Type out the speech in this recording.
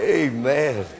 amen